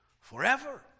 forever